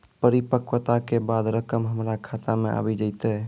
परिपक्वता के बाद रकम हमरा खाता मे आबी जेतै?